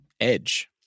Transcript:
edge